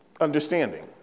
understanding